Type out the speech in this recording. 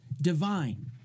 divine